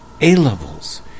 A-levels